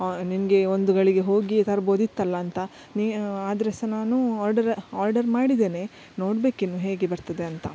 ನಿನಗೆ ಒಂದು ಗಳಿಗೆ ಹೋಗಿ ತರ್ಬೋದಿತ್ತಲ್ಲ ಅಂತ ನೀ ಆದರೆ ಸಹ ನಾನು ಆರ್ಡರ್ ಆರ್ಡರ್ ಮಾಡಿದೇನೆ ನೋಡಬೇಕಿನ್ನು ಹೇಗೆ ಬರ್ತದೆ ಅಂತ